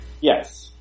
Yes